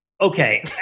Okay